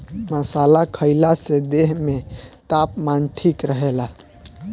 मसाला खईला से देह में तापमान ठीक रहेला